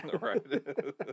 Right